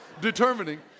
determining